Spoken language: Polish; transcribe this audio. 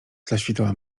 zaświtała